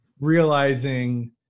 realizing